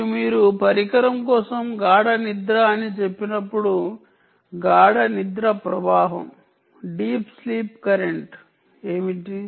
మరియు మీరు పరికరం కోసం గాఢ నిద్ర అని చెప్పినప్పుడు గాఢ నిద్ర డీప్ స్లీప్ కరెంటు ఏమిటి